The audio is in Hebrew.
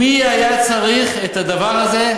מי היה צריך את הדבר הזה,